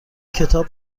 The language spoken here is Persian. کتاب